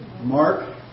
Mark